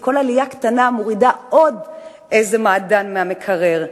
שכל עלייה קטנה מורידה עוד איזה מעדן מהמקרר.